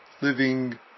living